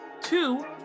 Two